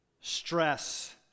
stress